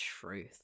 Truth